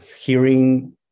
hearing